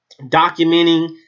documenting